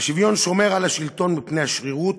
"השוויון שומר על השלטון מפני השרירות.